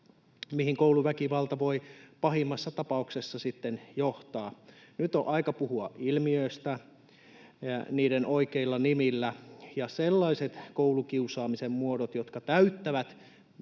mihin kouluväkivalta voi pahimmassa tapauksessa sitten johtaa. Nyt on aika puhua ilmiöistä niiden oikeilla nimillä, ja sellaiset koulukiusaamisen muodot, jotka täyttävät